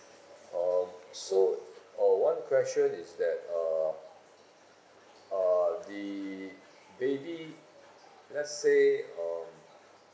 um so uh one question is that uh uh the baby let's say um